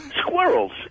Squirrels